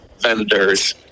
vendors